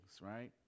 Right